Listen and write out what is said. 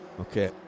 Okay